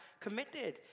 committed